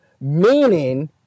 meaning